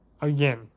Again